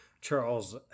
charles